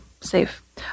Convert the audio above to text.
safe